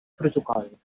protocol